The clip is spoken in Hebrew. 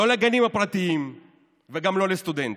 לא לגנים הפרטיים וגם לא לסטודנטים.